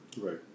Right